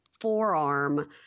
forearm